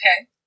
Okay